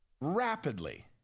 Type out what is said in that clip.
rapidly